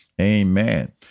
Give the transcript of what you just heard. Amen